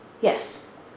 Yes